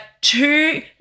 two